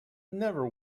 never